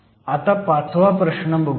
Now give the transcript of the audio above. आता पाचवा प्रश्न बघुयात